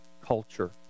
culture